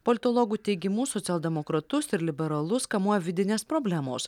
politologų teigimu socialdemokratus ir liberalus kamuoja vidinės problemos